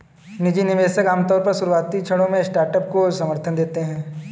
निजी निवेशक आमतौर पर शुरुआती क्षणों में स्टार्टअप को समर्थन देते हैं